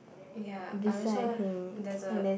ya I also there's a